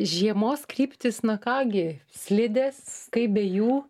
žiemos kryptys na ką gi slidės kaip be jų